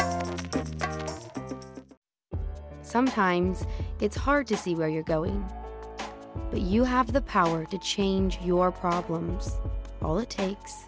planner sometimes it's hard to see where you're going but you have the power to change your problems all it takes